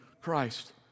Christ